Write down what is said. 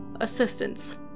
assistance